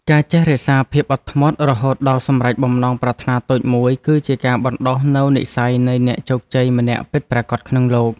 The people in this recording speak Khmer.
ការចេះរក្សាភាពអត់ធ្មត់រហូតដល់សម្រេចបំណងប្រាថ្នាតូចមួយគឺជាការបណ្តុះនូវនិស្ស័យនៃអ្នកជោគជ័យម្នាក់ពិតប្រាកដក្នុងលោក។